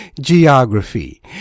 geography